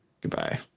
Goodbye